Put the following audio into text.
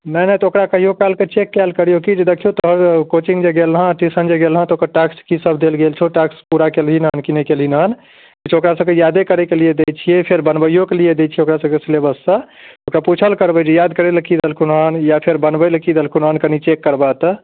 नहि नहि तऽ ओकरा कहिओ कालके चेक कएल करिऔ कि जे देखिऔ तोहर कोचिङ्ग जे गेल रहेँ ट्यूशन जे गेल रहेँ तऽ ओकर टास्क कि सब देल गेल छौ टास्क पूरा केलहिन हँ कि नहि केलहिन हँ ओकरा सबके यादे करैके लिए दै छिए फेर बनबैओके लिए दै छिए ओकरा सबके सिलेबससँ तऽ पूछल करबै जे याद करैलेल कि देलखुन हँ या फेर बनबै लेल कि देलखुन हँ कनि चेक करबा तऽ